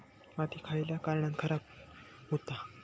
माती खयल्या कारणान खराब हुता?